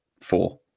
four